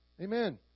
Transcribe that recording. Amen